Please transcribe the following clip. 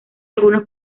algunos